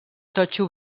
totxo